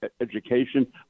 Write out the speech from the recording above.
education